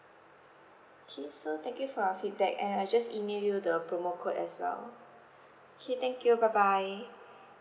K so thank you for your feedback and I just email you the promo code as well K thank you bye bye